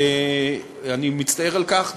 אני מצטער על כך,